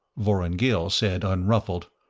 vorongil said, unruffled,